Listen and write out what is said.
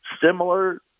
similar